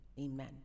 amen